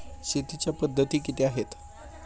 शेतीच्या पद्धती किती आहेत?